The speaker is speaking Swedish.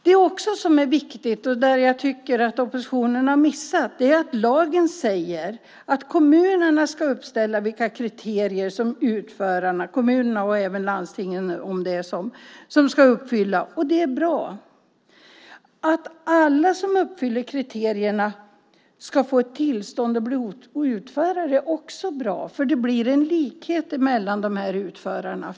Det som också är viktigt, och som jag tycker att oppositionen har missat, är att lagen säger att kommunerna, och även landstingen om det behövs, ska uppställa vilka kriterier utförarna ska uppfylla. Det är bra. Att alla som uppfyller kriterierna ska få tillstånd och bli utförare är också bra. På så sätt blir det en likhet mellan utförarna.